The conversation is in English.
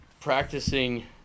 practicing